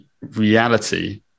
reality